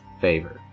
favor